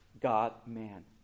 God-man